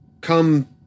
come